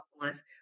life